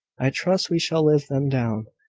i trust we shall live them down.